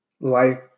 life